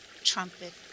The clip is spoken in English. trumpet